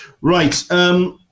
Right